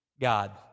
God